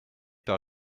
par